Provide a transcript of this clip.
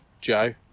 Joe